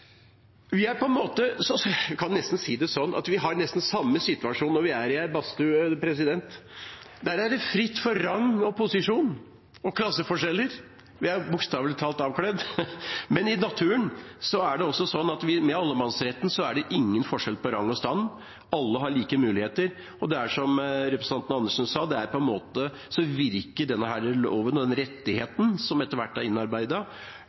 Vi har det nå en gang sånn at vi kan ferdes mer eller mindre fritt. Vi har nesten samme situasjon når vi er i en badstue. Der er det fritt for rang og posisjon og klasseforskjeller, vi er bokstavelig talt avkledd. I naturen er det også sånn, at med allemannsretten er det ingen forskjell på rang og stand, alle har like muligheter. Det er som representanten Karin Andersen sa, at denne loven og denne rettigheten, som etter hvert er